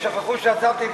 הם שכחו שעזבתי,